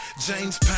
James